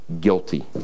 guilty